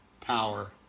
power